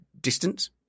distance